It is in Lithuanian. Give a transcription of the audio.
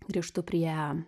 grįžtu prie